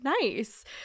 nice